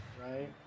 Right